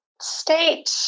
state